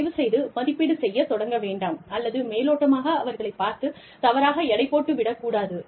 தயவுசெய்து மதிப்பீடு செய்யத் தொடங்க வேண்டாம் அல்லது மேலோட்டமாக அவர்களைப் பார்த்து தவறாக எடைபோட்டு விடக் கூடாது